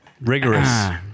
Rigorous